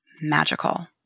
magical